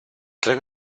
tren